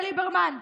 לליברמן,